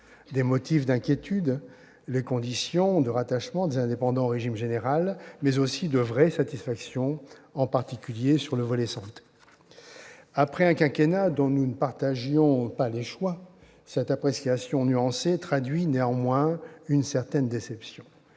de motifs d'inquiétude sur les conditions de rattachement des indépendants au régime général, mais aussi de vraies satisfactions, en particulier sur le volet « santé ». Après un quinquennat dont nous ne partagions pas les choix, cette appréciation nuancée traduit néanmoins une certaine déception.